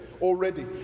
already